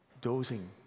dozing